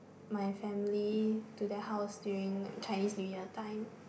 my family to their house during like Chinese New Year time